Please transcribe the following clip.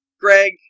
greg